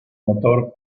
motor